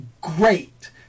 great